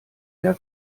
mehr